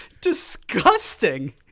disgusting